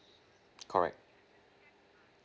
correct